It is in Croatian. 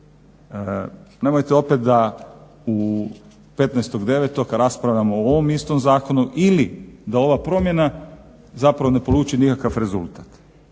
Nemojte opet da 15.09. raspravljamo o ovom istom zakonu ili da ova promjena zapravo ne poluči nikakav rezultat